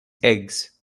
eggs